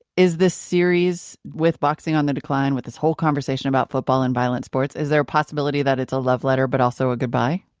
is this series, with boxing on the decline, with this whole conversation about football and violent sports, is there a possibility that it's a love letter but also a goodbye?